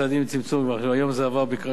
היום זה עבר בקריאה שנייה ושלישית,